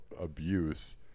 abuse